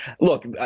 look